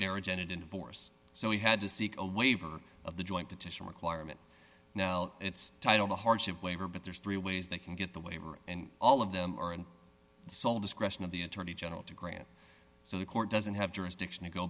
marriage ended in divorce so he had to seek a waiver of the joint petition requirement now it's titled a hardship waiver but there's three ways they can get the waiver and all of them are and sole discretion of the attorney general to grant so the court doesn't have jurisdiction to go